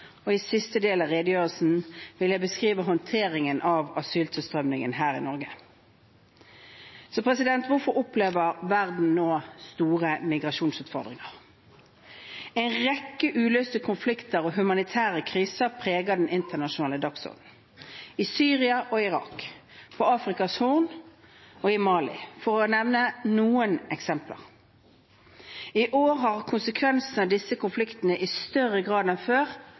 I siste del av redegjørelsen vil jeg beskrive håndteringen av asyltilstrømningen her i Norge. Hvorfor opplever verden nå store migrasjonsutfordringer? En rekke uløste konflikter og humanitære kriser preger den internasjonale dagsordenen: i Syria og Irak, på Afrikas Horn og i Mali – for å nevne noen eksempler. I år har konsekvensene av disse konfliktene i større grad enn før